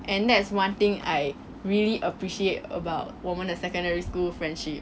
and that's one thing I really appreciate about 我们的 secondary school friendship